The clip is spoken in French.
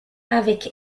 avec